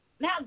Now